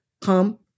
come